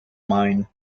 mine